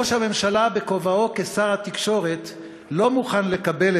ראש הממשלה בכובעו כשר התקשורת לא מוכן לקבל